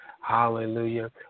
Hallelujah